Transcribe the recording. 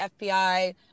FBI